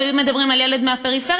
והיו מדברים על ילד מהפריפריה,